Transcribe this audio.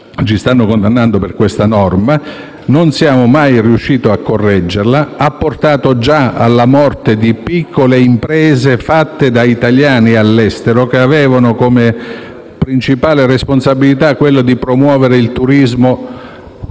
ci stanno condannando, che non siamo mai riusciti a correggere e ha già portato alla morte di piccole imprese, fatte da italiani all'estero, che avevano come principale responsabilità quella di promuovere il turismo verso